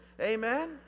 Amen